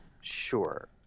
sure